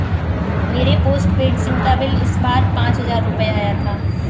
मेरे postpaid SIM का bill इस बार पाँच हजार रुपए आया था